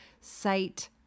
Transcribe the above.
sight